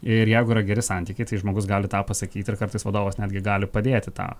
ir jeigu yra geri santykiai tai žmogus gali tą pasakyti ir kartais vadovas netgi gali padėti tą